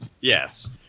Yes